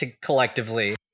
collectively